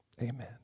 amen